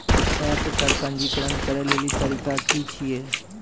App पर पंजीकरण करै लेली तरीका की छियै?